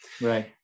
Right